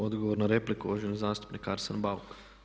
Odgovor na repliku, uvaženi zastupnik Arsen Bauk.